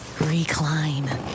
Recline